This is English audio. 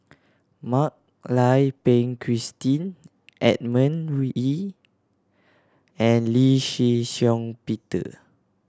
Mak Lai Peng Christine Edmund Wee and Lee Shih Shiong Peter